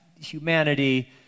humanity